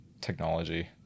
technology